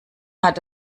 hat